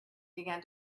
began